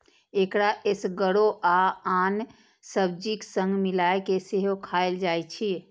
एकरा एसगरो आ आन सब्जीक संग मिलाय कें सेहो खाएल जाइ छै